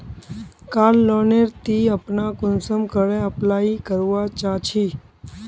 कार loan नेर ती अपना कुंसम करे अप्लाई करवा चाँ चची?